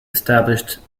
established